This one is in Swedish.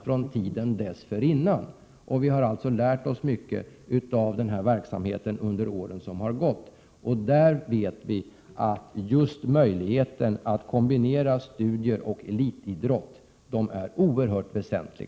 Under de år som har gått har vi alltså lärt mycket av den här verksamheten. Just möjligheten att kombinera studier och elitidrott är oerhört väsentlig.